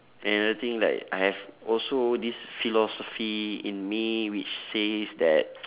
and another thing like I have also this philosophy in me which says that